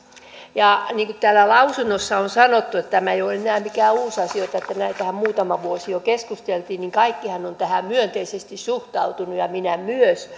ja niin kuin täällä lausunnoissa on sanottu nämä eivät ole enää mitään uusia asioita näistähän on muutama vuosi jo keskusteltu kaikkihan ovat tähän myönteisesti suhtautuneet ja minä myös